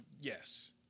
yes